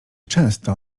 często